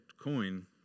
coin